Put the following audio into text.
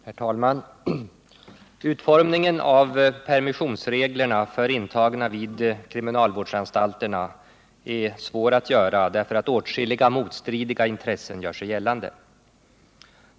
Herr talman! Utformningen av permissionsreglerna för intagna vid kriminalvårdsanstalterna är svår att göra därför att åtskilliga motstridiga intressen gör sig gällande.